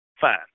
fine